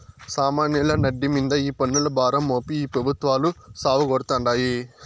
సామాన్యుల నడ్డి మింద ఈ పన్నుల భారం మోపి ఈ పెబుత్వాలు సావగొడతాండాయి